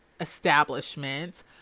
establishment